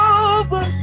over